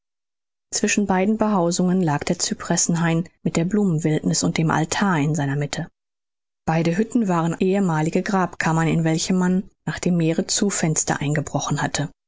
zwischen beiden behausungen lag der cypressenhain mit der blumenwildniß und dem altar in seiner mitte beide hütten waren ehemalige grabkammern in welche man nach dem meere zu fenster eingebrochen hatte